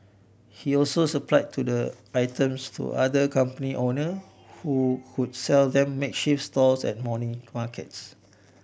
he also supply to the items to other company owner who sell them makeshift stalls at morning markets